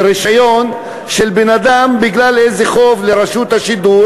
רישיון של בן-אדם בגלל איזה חוב לרשות השידור.